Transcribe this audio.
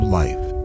life